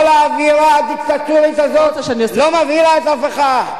כל האווירה הדיקטטורית הזאת לא מבהילה אף אחד,